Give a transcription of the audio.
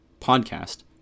podcast